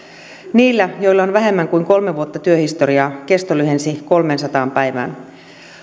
niillä joilla on vähemmän kuin kolme vuotta työhistoriaa kesto lyhenisi kolmeensataan päivään